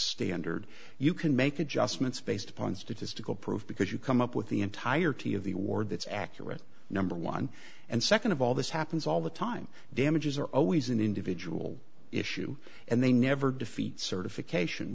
standard you can make adjustments based upon statistical proof because you come up with the entirety of the award that's accurate number one and second of all this happens all the time damages are always an individual issue and they never defeat certification